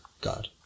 God